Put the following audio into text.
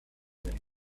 with